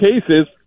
cases